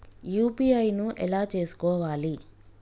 UPI ను ఎలా చేస్కోవాలి?